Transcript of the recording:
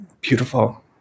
beautiful